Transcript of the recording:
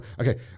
Okay